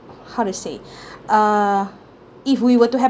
how to say uh if we were to happen